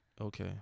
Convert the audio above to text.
Okay